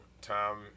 Tom